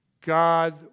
God